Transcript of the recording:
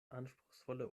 anspruchsvolle